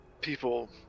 people